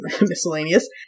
miscellaneous